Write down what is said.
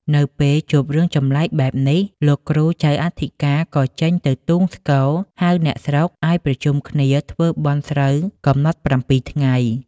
នៅពេលជួបរឿងចម្លែកបែបនេះ លោកគ្រូចៅអធិការ ក៏ចេញ ទៅទូងស្គរ ហៅអ្នកស្រុកឲ្យប្រជុំគ្នាធ្វើបុណ្យស្រូវកំណត់ ៧ ថ្ងៃ ។